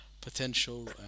potential